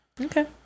Okay